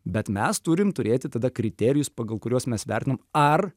bet mes turim turėti tada kriterijus pagal kuriuos mes vertinam ar